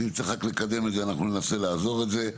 אז אם צריך רק לקדם את זה אנחנו ננסה לעזור לזה,